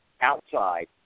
outside